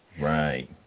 Right